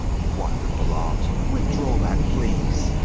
wonderful art! with draw that, please!